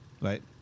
Right